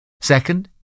Second